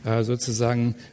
sozusagen